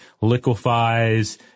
liquefies